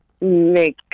make